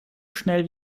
schnell